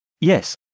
Yes